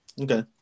Okay